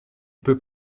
peut